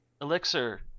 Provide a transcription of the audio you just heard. elixir